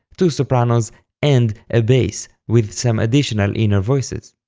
two sopranos and a bass with some additional inner voices.